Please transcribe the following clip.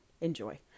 Enjoy